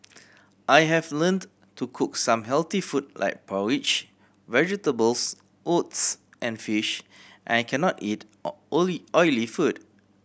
I have learned to cook some healthy food like porridge vegetables oats and fish and I cannot eat oily food